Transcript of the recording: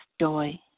joy